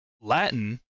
Latin